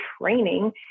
training